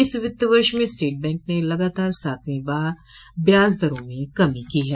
इस वित्त वर्ष में स्टेट बैंक ने लगातार सातवीं बार ब्याज दरों में कमी की है